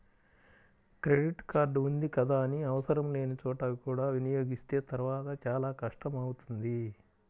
credit card ఉంది కదా అని ఆవసరం లేని చోట కూడా వినియోగిస్తే తర్వాత చాలా కష్టం అవుతుంది